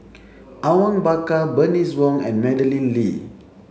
Awang Bakar Bernice Wong and Madeleine Lee